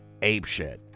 apeshit